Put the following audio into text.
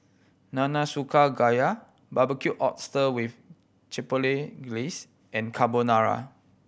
Nanakusa Gayu Barbecued Oyster with Chipotle Glaze and Carbonara